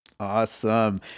Awesome